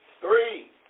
Three